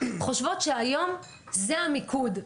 חושבות שהיום זה המיקוד.